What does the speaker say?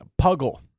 Puggle